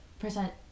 percent